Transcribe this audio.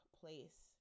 place